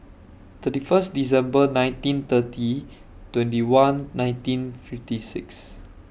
thirty First December nineteen thirty twenty one nineteen fifty six